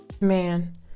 Man